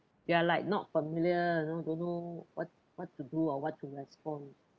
they are like not familiar you know don't know what what to do or what to respond